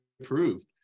approved